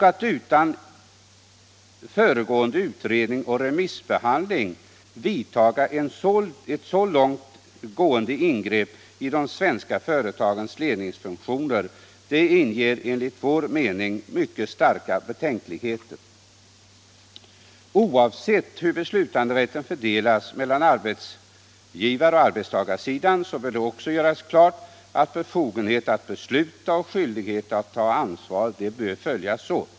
Att utan föregående utredning och remissbehandling vidtaga så långtgående ingrepp i de svenska företagens ledningsfunktioner inger enligt vår mening mycket starka betänkligheter. Oavsett hur beslutanderätt fördelas mellan arbetsgivaroch arbetstagarsidan bör det göras klart att befogenhet att besluta och skyldighet att ta ansvar bör följas åt.